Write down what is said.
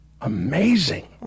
amazing